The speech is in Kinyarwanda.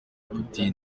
putin